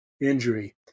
injury